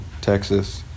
texas